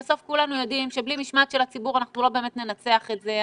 בסוף כולנו יודעים שבלי משמעת של הציבור אנחנו לא באמת ננצח את זה.